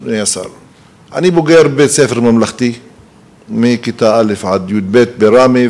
אני בוגר בית-ספר ממלכתי מכיתה א' עד י"ב בראמה,